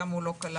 כמה הוא לא קלט.